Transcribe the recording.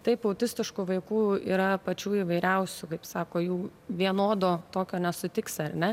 taip autistiškų vaikų yra pačių įvairiausių kaip sako jų vienodo tokio nesutiksi ar ne